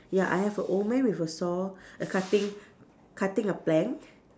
ya I have a old man with a saw err cutting cutting a plank